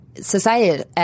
society